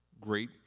great